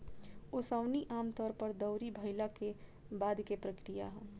ओसवनी आमतौर पर दौरी भईला के बाद के प्रक्रिया ह